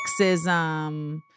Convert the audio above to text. sexism